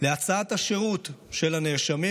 ל'הצעת השירות' של הנאשמים,